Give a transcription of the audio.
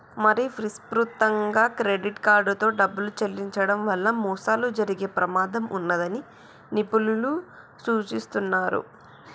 మరీ విస్తృతంగా క్రెడిట్ కార్డుతో డబ్బులు చెల్లించడం వల్ల మోసాలు జరిగే ప్రమాదం ఉన్నదని నిపుణులు సూచిస్తున్నరు